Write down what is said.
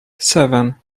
seven